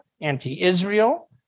anti-Israel